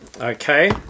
Okay